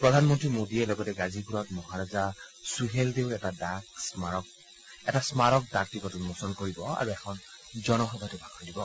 প্ৰধানমন্ত্ৰী মোডীয়ে লগতে গাজিপুৰত মহাৰাজা চুহেলদেউৰ এটা স্মাৰক ডাক টিকট উন্মোচন কৰিব আৰু এখন জনসভাতো ভাষণ দিব